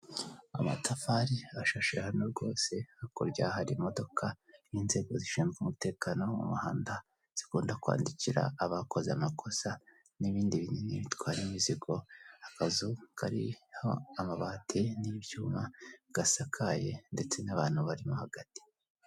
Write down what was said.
Amatafari ashashe hano rwose hakurya harimo imodoka n'inzego zishinzwe umutekano mu muhanda, zikunda kwandikira abakoze amakosa n'ibindi binini bitwara imizigo akazu kariho amabati n'ibyuma gasakaye ndetse n'abantu barimo hagati.